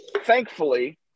thankfully